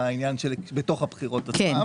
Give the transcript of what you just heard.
והוראות לעניין השימוש בו ייקבעו בחוק (בסעיף זה תקציב